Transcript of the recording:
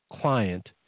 client